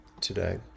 today